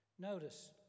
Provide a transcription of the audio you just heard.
notice